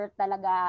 talaga